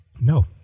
No